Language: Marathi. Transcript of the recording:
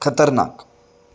खतरनाक